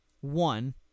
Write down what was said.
one